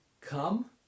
come